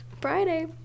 Friday